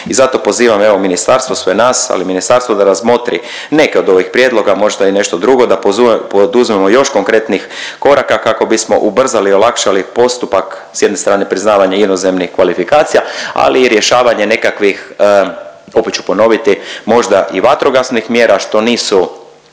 I zato pozivam evo ministarstvo, sve nas, ali ministarstvo da razmotri neke od ovih prijedloga, možda i nešto drugo da poduzmemo još konkretnijih koraka kako bismo ubrzali i olakšali postupak s jedne strane priznavanje inozemnih kvalifikacija, ali i rješavanje nekakvih, opet ću ponoviti možda i vatrogasnih mjera što nisu